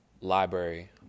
library